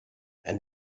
and